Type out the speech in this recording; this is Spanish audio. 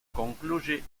concluye